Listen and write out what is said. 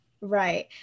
right